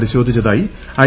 പരിശോധിച്ചതായി I